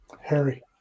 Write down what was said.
Harry